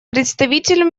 представитель